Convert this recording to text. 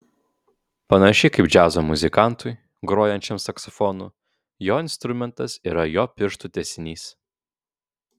panašiai kaip džiazo muzikantui grojančiam saksofonu jo instrumentas yra jo pirštų tęsinys